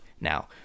now